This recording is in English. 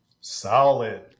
solid